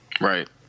Right